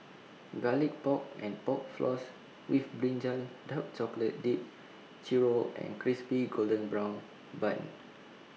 Garlic Pork and Pork Floss with Brinjal Dark Chocolate Dipped Churro and Crispy Golden Brown Bun